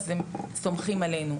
אז הם סומכים עלינו.